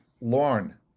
Lauren